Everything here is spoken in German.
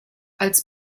als